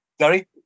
Sorry